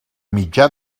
mitjà